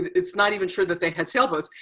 it's not even sure that they had sailboats.